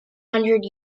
hundred